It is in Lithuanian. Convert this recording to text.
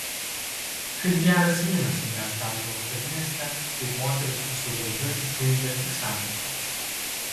kaip geras vynas subręsta ąžuolo statinėse taip moteris visu grožiu atsiskleidžia tik santuokoje